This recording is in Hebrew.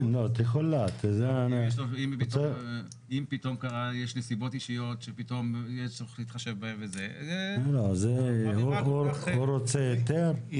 אם יש נסיבות אישיות שצריך להחשב בהן --- הוא רוצה היתר,